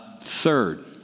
Third